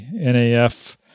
NAF